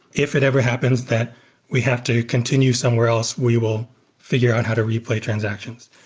if it ever happens that we have to continue somewhere else, we will figure out how to replay transactions.